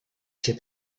się